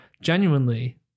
genuinely